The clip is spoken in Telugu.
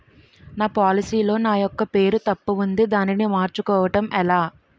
నా పోలసీ లో నా యెక్క పేరు తప్పు ఉంది దానిని మార్చు కోవటం ఎలా?